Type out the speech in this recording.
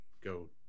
go